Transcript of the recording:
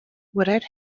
without